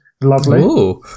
lovely